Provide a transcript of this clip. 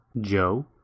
Joe